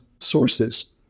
sources